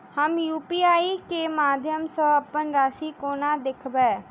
हम यु.पी.आई केँ माध्यम सँ अप्पन राशि कोना देखबै?